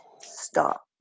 stop